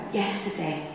yesterday